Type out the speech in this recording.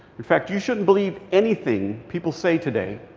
in fact, you shouldn't believe anything people say today.